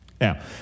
Now